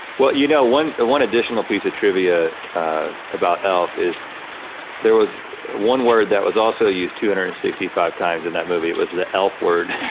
well you know, one one additional piece of trivia about elf is there was one word that was also used two hundred and sixty five times in that movie, it was the elf word.